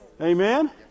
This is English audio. Amen